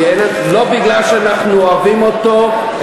לא כי אנחנו אוהבים אותו,